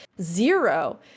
zero